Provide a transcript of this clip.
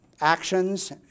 actions